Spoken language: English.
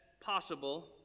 possible